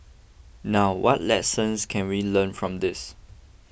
now what lessons can we learn from this